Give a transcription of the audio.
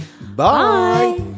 Bye